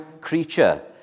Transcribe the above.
creature